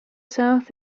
south